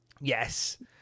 Yes